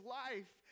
life